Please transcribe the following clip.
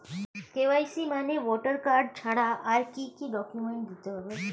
KYC মানে voter card ছাড়া আর কি কি ডকুমেন্ট দিতে হবে?